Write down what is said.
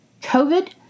COVID